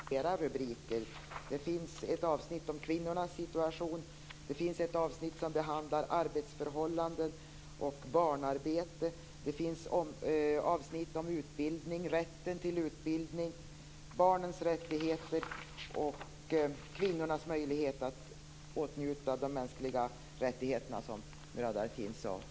Fru talman! Det här finns faktiskt under flera rubriker. Det finns ett avsnitt om kvinnornas situation. Det finns ett avsnitt som behandlar arbetsförhållanden och barnarbete. Det finns avsnitt om utbildning, rätten till utbildning. Det finns också avsnitt om barnens rättigheter och om kvinnornas möjligheter att åtnjuta de mänskliga rättigheterna, som Murad Artin sade.